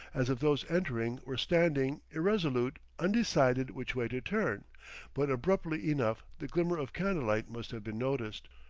as if those entering were standing, irresolute, undecided which way to turn but abruptly enough the glimmer of candlelight must have been noticed.